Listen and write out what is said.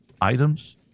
items